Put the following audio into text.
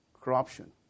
corruption